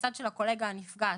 הצד של הקולגה הנפגעת,